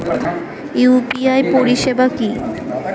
UPI পরিষেবা কি?